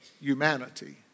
humanity